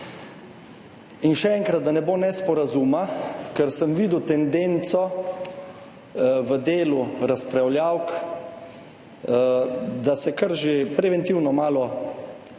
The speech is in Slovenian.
In še enkrat, da ne bo nesporazuma, ker sem videl tendenco v delu razpravljavk, da se že kar preventivno malo ozmerja